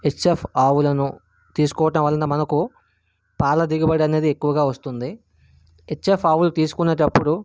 HF ఆవులను తీసుకోవడం వలన మనకు పాల దిగుబడి అనేది ఎక్కువగా వస్తుంది హెచ్ఎఫ్ ఆవులను తీసుకునేటప్పుడు